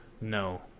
No